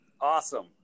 awesome